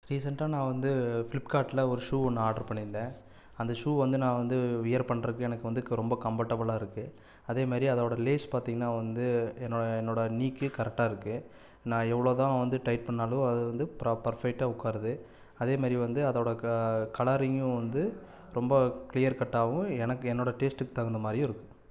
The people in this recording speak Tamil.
ரீசன்ட்டாக நான் வந்து ஃப்லிப்காட்டில் ஒரு ஷு ஒன்று ஆட்ரு பண்ணிருந்தே அந்த ஷு வந்து நான் வந்து வியர் பண்ணுறக்கு எனக்கு வந்து ரொம்ப கம்படபுலாகருக்கு அதே மாதிரி அதோட லேஷ் பாத்திங்கனா வந்து என்னோட என்னோட நீக்கு கரெக்ட்டாக இருக்கு நான் எவ்வளோ தான் வந்து டைட் பண்ணாளு அது வந்து ப்ராப்பர் ஃபிட்டாக உக்காருது அதே மாதிரி வந்து அதோட க கலரிங்கு வந்து ரொம்ப க்ளியர் கட்டாவு எனக்கு என்னோட ட்டேஸ்டுக்கு தகுந்த மாதிரியு இருக்கு